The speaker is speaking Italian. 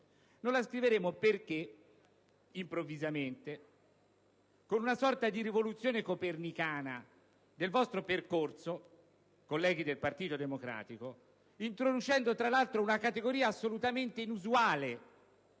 Non la scriveremo perché improvvisamente, con una sorta di rivoluzione copernicana del vostro percorso, colleghi del Partito Democratico, introducendo tra l'altro una categoria assolutamente inusuale